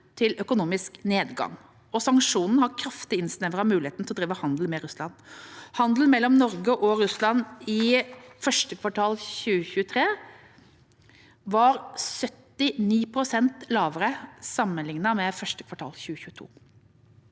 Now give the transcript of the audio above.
til økonomisk nedgang. Sanksjonene har kraftig innsnevret muligheten for å drive handel med Russland. Handelen mellom Norge og Russland i første kvartal 2023 var 79 pst. lavere sammenlignet med første kvartal 2022.